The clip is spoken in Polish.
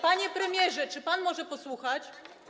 Panie premierze, czy pan może posłuchać?